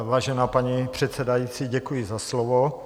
Vážená paní předsedající, děkuji za slovo.